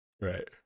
Right